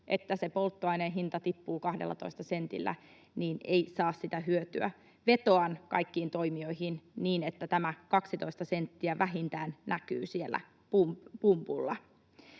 että se polttoaineen hinta tippuu 12 sentillä — ei saa sitä hyötyä. Vetoan kaikkiin toimijoihin, että vähintään tämä